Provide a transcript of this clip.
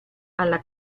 alla